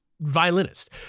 violinist